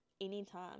anytime